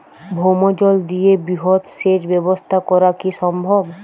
ভৌমজল দিয়ে বৃহৎ সেচ ব্যবস্থা করা কি সম্ভব?